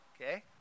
Okay